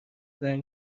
زنگ